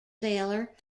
sailor